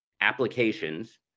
applications